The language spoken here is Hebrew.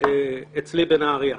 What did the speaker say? אצלי בנהריה.